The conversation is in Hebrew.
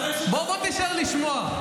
בוא, בוא תישאר לשמוע.